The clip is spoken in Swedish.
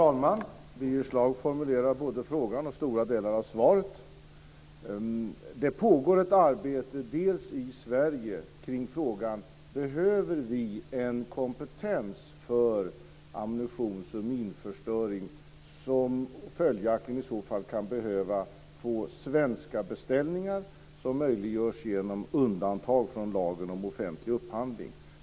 Fru talman! Birger Schlaug formulerar både frågan och stora delar av svaret. Det pågår ett arbete, delvis i Sverige, kring frågan om vi behöver en kompetens för ammunitions och minförstöring som i så fall följaktligen kan behöva få svenska beställningar som möjliggörs genom undantag från lagen om offentlig upphandling.